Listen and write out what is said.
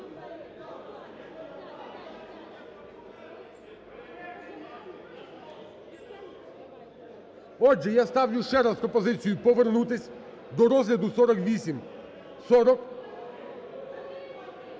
Отже, я ставлю ще раз пропозицію повернутись до розгляду 4840.